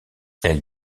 elle